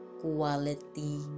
quality